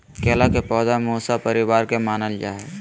केला के पौधा मूसा परिवार के मानल जा हई